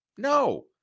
No